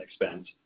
expense